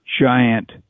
giant